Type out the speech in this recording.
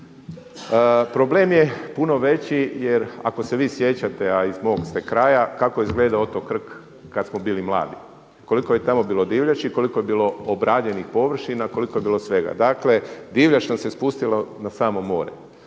Problem je puno veći, jer ako se vi sjećate, a iz mog ste kraja kako je izgledao otok Krk kad smo bili mladi, koliko je tamo bilo divljači, koliko je bilo obradivih površina, koliko je bilo svega. Dakle, divljač nam se spustila na samo more.